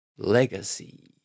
Legacy